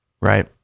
Right